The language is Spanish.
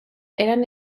eran